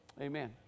Amen